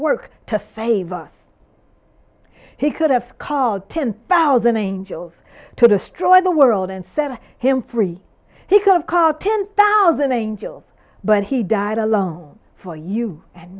work to favor he could have called ten thousand angels to destroy the world and set him free he could have come out ten thousand angels but he died alone for you and